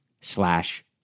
slash